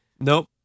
Nope